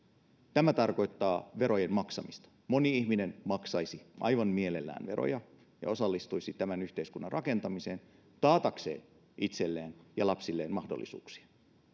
tämä tarkoittaa verojen maksamista moni ihminen maksaisi aivan mielellään veroja ja osallistuisi tämän yhteiskunnan rakentamiseen taatakseen itselleen ja lapsilleen mahdollisuuksia tämä